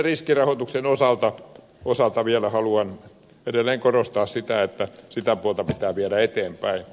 riskirahoituksen osalta vielä haluan edelleen korostaa sitä että sitä puolta pitää viedä eteenpäin